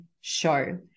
show